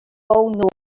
all